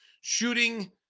shooting